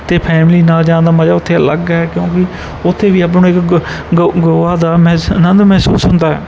ਅਤੇ ਫੈਮਿਲੀ ਨਾਲ ਜਾਣ ਦਾ ਮਜ਼ਾ ਉੱਥੇ ਅਲੱਗ ਹੈ ਕਿਉਂਕਿ ਉੱਥੇ ਵੀ ਆਪਾਂ ਨੂੰ ਇੱਕ ਗੋਆ ਦਾ ਮਹਿਸ ਆਨੰਦ ਮਹਿਸੂਸ ਹੁੰਦਾ ਹੈ